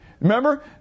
Remember